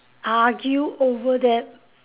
argue over that